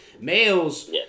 Males